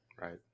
Right